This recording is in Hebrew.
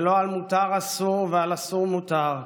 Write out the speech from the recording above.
ולא על מותר אסור ועל אסור מותר,